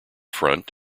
front